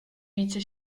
více